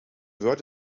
word